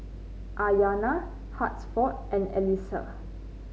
Aryana Hansford and Alisa